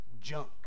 junk